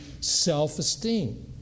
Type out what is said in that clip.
self-esteem